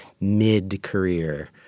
mid-career